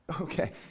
Okay